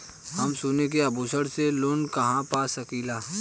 हम सोने के आभूषण से लोन कहा पा सकीला?